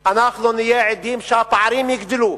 אנחנו נהיה עדים לכך שהפערים יגדלו,